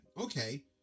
Okay